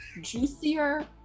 juicier